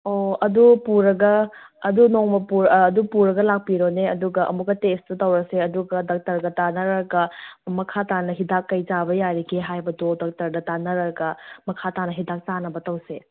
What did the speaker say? ꯑꯣ ꯑꯗꯨ ꯄꯨꯔꯒ ꯑꯗꯨ ꯅꯣꯡꯃ ꯑꯗꯨ ꯄꯨꯔꯒ ꯂꯥꯛꯄꯤꯔꯣꯅꯦ ꯑꯗꯨꯒ ꯑꯃꯨꯛꯀ ꯇꯦꯁꯠꯇꯣ ꯇꯧꯔꯁꯦ ꯑꯗꯨꯒ ꯗꯣꯛꯇꯔꯒ ꯇꯥꯟꯅꯔꯒ ꯃꯈꯥ ꯇꯥꯅ ꯍꯤꯗꯥꯛ ꯀꯩ ꯆꯥꯕ ꯌꯥꯔꯤꯒꯦ ꯍꯥꯏꯕꯗꯨ ꯗꯣꯛꯇꯔꯗ ꯇꯥꯟꯅꯔꯒ ꯃꯈꯥ ꯇꯥꯅ ꯍꯤꯗꯥꯛ ꯆꯥꯅꯕ ꯇꯧꯁꯦ